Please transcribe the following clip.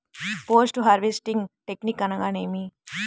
Post harvesting technique అనగా నేమి?